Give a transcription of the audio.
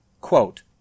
quote